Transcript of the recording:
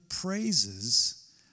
praises